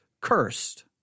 cursed